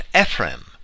Ephraim